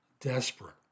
desperate